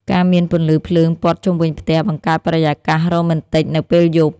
ការមានពន្លឺភ្លើងព័ទ្ធជុំវិញផ្ទះបង្កើតបរិយាកាសរ៉ូមែនទិកនៅពេលយប់។